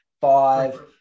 five